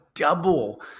double